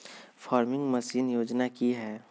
Farming machine योजना कि हैय?